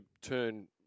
turn